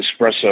espresso